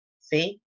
See